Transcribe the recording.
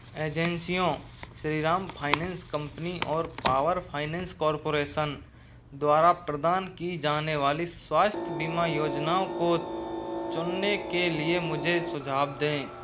एजेंसियों Shriram finance company और power finance corporation द्वारा प्रदान की जाने वाली स्वास्थ्य बीमा योजनाओं को चुनने के लिए मुझे सुझाव दें